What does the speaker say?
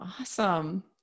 awesome